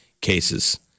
cases